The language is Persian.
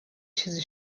چیزی